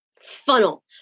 funnel